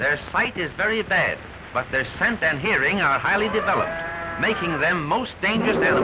their sight is very bad but their sense and hearing are highly developed making them most dangerous